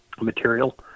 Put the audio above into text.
material